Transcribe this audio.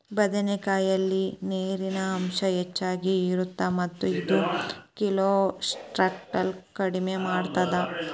ಬದನೆಕಾಯಲ್ಲಿ ನೇರಿನ ಅಂಶ ಹೆಚ್ಚಗಿ ಇರುತ್ತ ಮತ್ತ ಇದು ಕೋಲೆಸ್ಟ್ರಾಲ್ ಕಡಿಮಿ ಮಾಡತ್ತದ